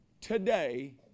Today